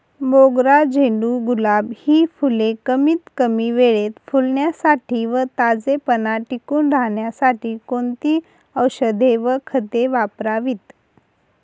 मोगरा, झेंडू, गुलाब हि फूले कमीत कमी वेळेत फुलण्यासाठी व ताजेपणा टिकून राहण्यासाठी कोणती औषधे व खते वापरावीत?